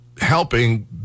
helping